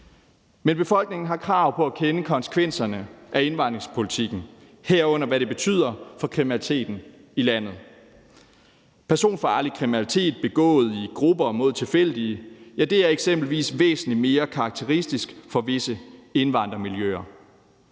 men befolkningen har krav på at kende konsekvenserne af indvandringspolitikken, herunder hvad det betyder for kriminaliteten i landet. Personfarlig kriminalitet begået i grupper mod tilfældige er eksempelvis væsentlig mere karakteristisk for visse indvandrermiljøer.